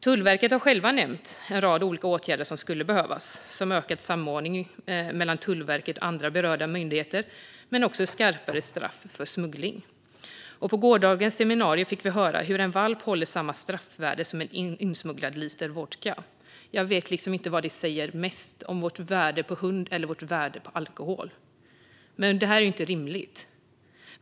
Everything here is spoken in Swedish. Tullverket har själva nämnt en rad olika åtgärder som skulle behövas, till exempel en ökad samordning mellan Tullverket och andra berörda myndigheter men också skarpare straff för smuggling. På gårdagens seminarium fick vi höra hur en valp håller samma straffvärde som en insmugglad liter vodka. Jag vet inte vad det säger mest om: vilket värde vi sätter på en hund eller hur vi värderar alkohol. Det här är inte rimligt.